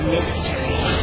Mystery